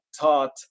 taught